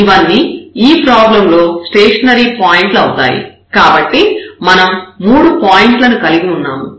ఇవన్నీ ఈ ప్రాబ్లం లో స్టేషనరీ పాయింట్లు అవుతాయి కాబట్టి మనం మూడు పాయింట్ల ను కలిగి ఉన్నాము